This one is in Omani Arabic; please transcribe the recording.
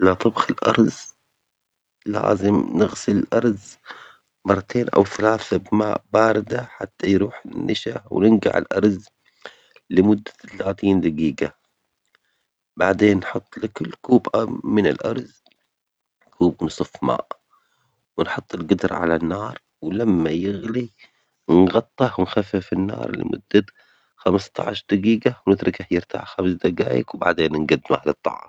لطبخ الأرز، لازم نغسل الأرز مرتين أو ثلاث بماء بارد حتى يروح النشا وننقع الأرز لمدة ثلاثين دجيجة، بعدين حط لكل كوب من الأرز كوب ونصف ماء، وحط الجدر على النار، ولما يغلي، نغطيه ونخفف النار لمدة خمس عشرة دجيجة ونتركه يرتاح خمس دجايج، وبعدين نجدمه للطعام.